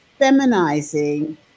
feminizing